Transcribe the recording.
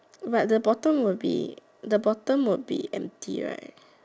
but the bottom would be the bottom would be empty right